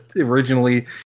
originally